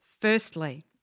Firstly